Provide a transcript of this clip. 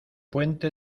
puente